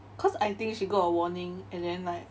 cause I think she got a warning and then like